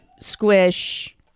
Squish